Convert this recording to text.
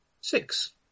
six